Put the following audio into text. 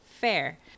fair